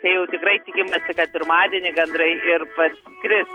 tai jau tikrai tikimasi kad pirmadienį gandrai ir parskris